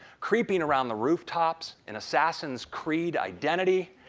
creeping around the rooftops in assassin's creed identity,